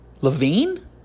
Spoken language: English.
Levine